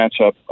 matchup